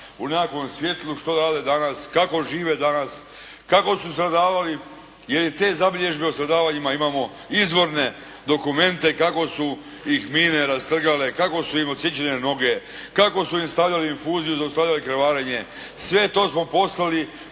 u nekakvom svijetlu što rade danas, kako žive danas, kako su stradavali jer i te zabilježbe o stradavanjima imamo izvorne dokumente kako su ih mine rastrgale, kako su im odsječene noge, kako su im stavljali infuziju, zaustavljali krvarenje. Sve to smo poslali